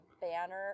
banner